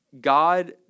God